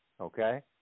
Okay